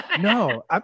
No